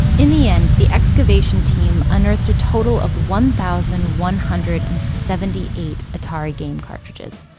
in the end, the excavation team unearthed a total of one thousand one hundred and seventy eight atari game cartridges.